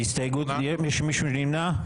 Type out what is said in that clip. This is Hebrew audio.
מישהו נמנע?